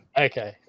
Okay